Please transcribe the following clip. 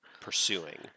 ...pursuing